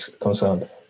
concerned